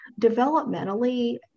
Developmentally